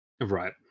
Right